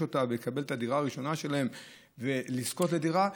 ולקבל את הדירה הראשונה שלהם ולזכות בדירה,